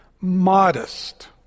modest